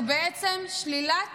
שהוא בעצם שלילת